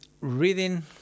reading